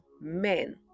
men